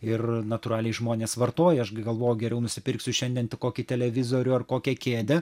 ir natūraliai žmonės vartoja aš gi galvoju geriau nusipirksiu šiandien tai kokį televizorių ar kokią kėdę